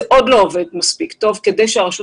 זה עוד לא עובד מספיק טוב כדי שהרשות